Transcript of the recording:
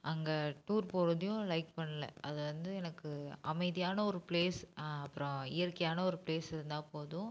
அங்கே டூர் போகறதையும் லைக் பண்ணல அது வந்து எனக்கு அமைதியான ஒரு ப்ளேஸ் அப்புறம் இயற்கையான ஒரு ப்ளேஸ் இருந்தால் போதும்